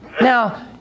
Now